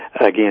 again